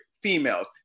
females